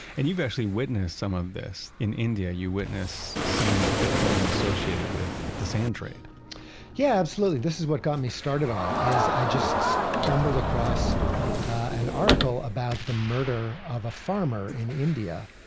and you've actually witnessed some of this. in india, you witnessed some of the crime associated with the sand trade yeah, absolutely. this is what got me started on it. i just stumbled across an article about the murder of a farmer in india.